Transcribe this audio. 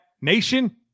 nation